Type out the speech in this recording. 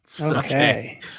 Okay